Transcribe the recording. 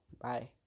bye